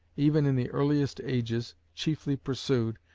even in the earliest ages, chiefly pursued,